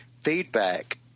feedback